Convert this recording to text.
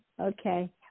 Okay